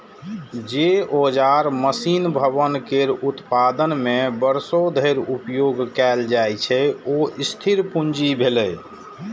जे औजार, मशीन, भवन केर उत्पादन मे वर्षों धरि उपयोग कैल जाइ छै, ओ स्थिर पूंजी भेलै